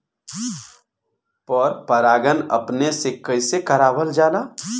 पर परागण अपने से कइसे करावल जाला?